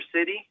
city